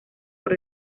por